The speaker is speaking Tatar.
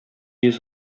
йөз